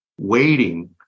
waiting